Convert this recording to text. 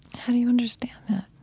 how do you understand that?